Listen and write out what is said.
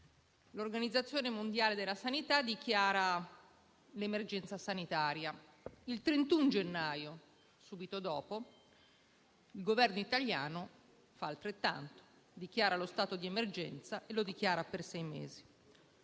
l'Organizzazione mondiale della sanità dichiara l'emergenza sanitaria; il 31 gennaio, subito dopo, il Governo italiano fa altrettanto: dichiara lo stato d'emergenza e lo fa per sei mesi.